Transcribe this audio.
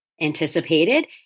anticipated